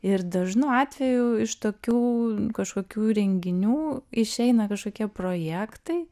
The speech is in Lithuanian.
ir dažnu atveju iš tokių kažkokių renginių išeina kažkokie projektai